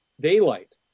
daylight